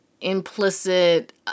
implicit